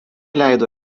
leido